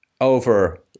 over